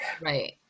right